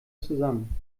zusammen